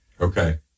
Okay